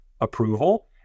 approval